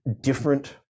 different